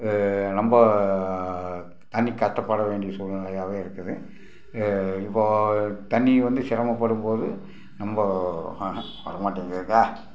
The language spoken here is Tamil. ரொம்போ தண்ணி கஷ்டப்பட வேண்டிய சூழ்நிலையாகவே இருக்குறது இப்போது தண்ணி வந்து சிரமப்படும்போது நம்ம ஆஹ வர மாட்டேன் இங்கே இருக்கா